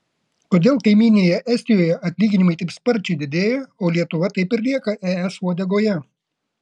kodėl kaimynėje estijoje atlyginimai taip sparčiai didėja o lietuva taip ir lieka es uodegoje